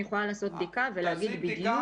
אני יכולה לעשות בדיקה ולהגיד בדיוק.